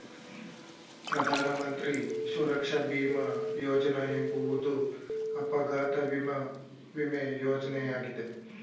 ಪ್ರಧಾನ ಮಂತ್ರಿ ಸುರಕ್ಷಾ ಭೀಮ ಯೋಜ್ನ ಎಂಬುವುದು ಅಪಘಾತ ವಿಮೆ ಯೋಜ್ನಯಾಗಿದೆ